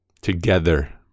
Together